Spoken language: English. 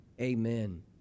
Amen